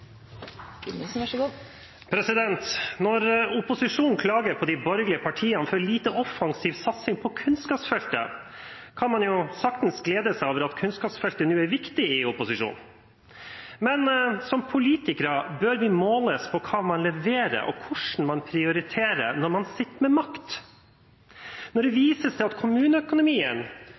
Når opposisjonen klager på de borgerlige partiene for lite offensiv satsing på kunnskapsfeltet, kan man jo saktens glede seg over at kunnskapsfeltet nå er viktig i opposisjon. Men som politikere bør man måles på hva man leverer, og hvordan man prioriterer når man sitter med makt. Når det